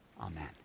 Amen